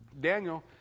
Daniel